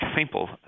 simple